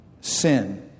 sin